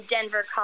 Denver